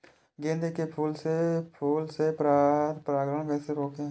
गेंदे के फूल से पर परागण कैसे रोकें?